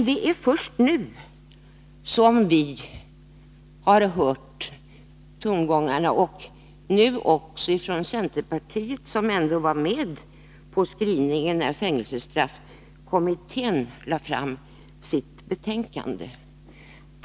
Det är först nu som vi hör de här tongångarna, nu också från centerpartiet, som ändå var med på skrivningen när fängelsestraffkommittén lade fram sitt betänkande.